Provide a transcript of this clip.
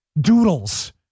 Doodles